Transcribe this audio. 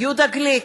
יואב גלנט,